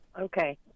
Okay